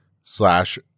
slash